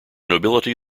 nobility